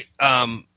right